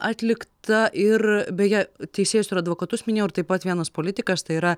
atlikta ir beje teisėjus ir advokatus minėjau ir taip pat vienas politikas tai yra